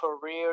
career